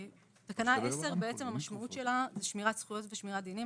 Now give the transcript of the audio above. תקנה 10, שמירת זכויות ושמירת דינים.